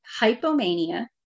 hypomania